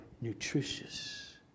nutritious